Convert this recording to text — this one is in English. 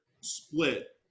split